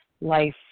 life